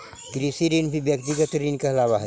कृषि ऋण भी व्यक्तिगत ऋण कहलावऽ हई